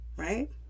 Right